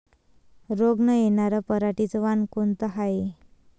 रोग न येनार पराटीचं वान कोनतं हाये?